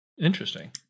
Interesting